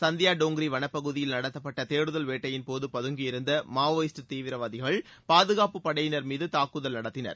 சந்தியா டோங்ரி வளப்பகுதியில் நடத்தப்பட்ட தேடுதல் வேட்டையின் போது பதங்கியிருந்த மாவோயிஸ்டு தீவிரவாதிகள் பாதுகாப்பு படையினர் மீது தாக்குதல் நடத்தினர்